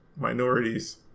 minorities